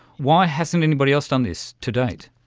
why hasn't anybody else done this to date?